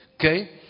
Okay